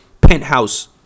penthouse